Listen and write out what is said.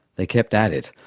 they kept at it,